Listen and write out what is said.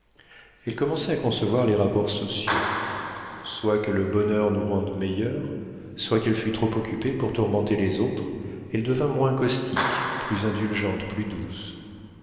elle commençait à concevoir les rapports sociaux soit que le bonheur nous rende meilleurs soit qu'elle fût trop occupée pour tourmenter les autres elle devint moins caustique plus indulgente plus douce